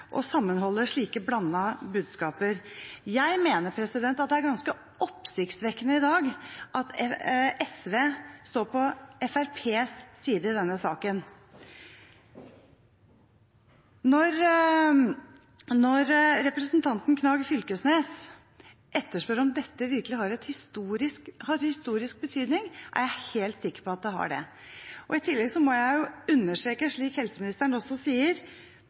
sammenholde slike blandede budskaper. Jeg mener det er ganske oppsiktsvekkende i dag at SV står på Fremskrittspartiets side i denne saken. Når representanten Knag Fylkesnes etterspør om dette virkelig har historisk betydning, er jeg helt sikker på at det har det. I tillegg må jeg understreke, slik helseministeren også sier,